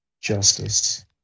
Justice